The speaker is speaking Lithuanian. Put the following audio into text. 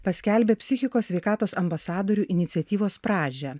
paskelbė psichikos sveikatos ambasadorių iniciatyvos pradžią